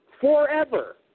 forever